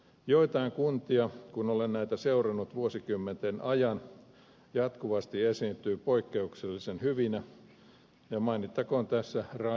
jotkut kunnat kun olen näitä seurannut vuosikymmenten ajan jatkuvasti esiintyvät poikkeuksellisen hyvinä ja mainittakoon tässä raisio sellaisena